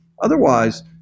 Otherwise